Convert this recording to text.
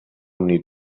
need